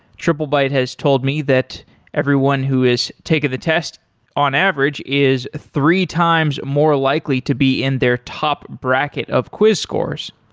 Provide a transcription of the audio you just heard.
triplebyte has told me that everyone who has taken the test on average is three times more likely to be in their top bracket of quiz scores